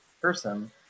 person